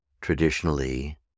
traditionally